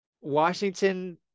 Washington